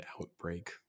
outbreak